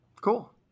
Cool